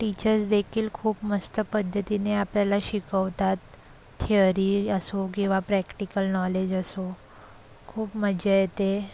टीचर्सदेखील खूप मस्त पद्धतीने आपल्याला शिकवतात थ्यअरी असो किंवा प्रॅक्टिकल नॉलेज असो खूप मज्जा येते